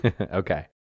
Okay